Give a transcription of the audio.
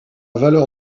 valeur